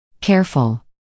Careful